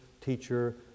teacher